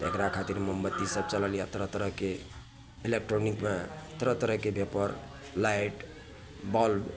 ओकरा खातिर मोमबत्ती सब चलल या तरह तरहके एलेक्ट्रोनिकमे तरह तरहके भेपर लाइट बल्ब